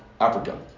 Africa